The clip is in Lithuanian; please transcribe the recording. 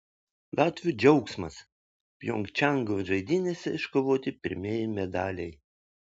latvių džiaugsmas pjongčango žaidynėse iškovoti pirmieji medaliai